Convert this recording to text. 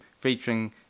featuring